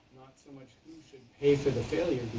so but should pay for the failures,